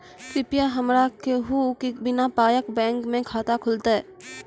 कृपया हमरा कहू कि बिना पायक बैंक मे खाता खुलतै?